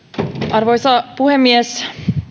arvoisa puhemies